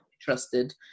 trusted